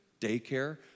daycare